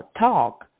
talk